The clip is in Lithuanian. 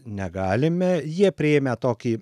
negalime jie priėmę tokį